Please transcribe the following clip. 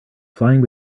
flying